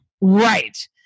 Right